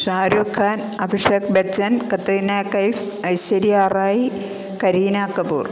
Shah Rukh Khan Abhishek Bachchan Katrina Kaif Aishwarya Rai Kareena Kapoor